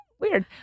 weird